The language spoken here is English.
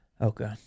Okay